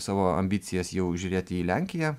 savo ambicijas jau žiūrėti į lenkiją